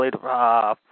played